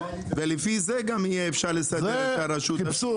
ולפי זה גם יהיה אפשר לסדר את הרשות השנייה.